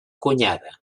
cunyada